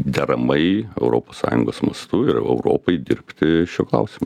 deramai europos sąjungos mastu ir europai dirbti šiuo klausimu